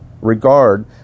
regard